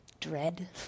Dread